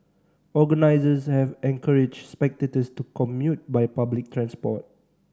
organisers have encouraged spectators to commute by public transport